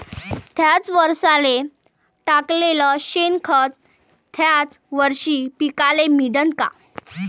थ्याच वरसाले टाकलेलं शेनखत थ्याच वरशी पिकाले मिळन का?